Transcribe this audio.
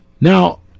now